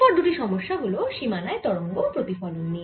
এরপএর দুটি সমস্যা হল সীমানায় তরঙ্গের প্রতিফলন নিয়ে